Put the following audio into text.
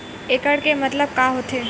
एकड़ के मतलब का होथे?